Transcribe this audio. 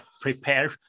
prepare